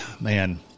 Man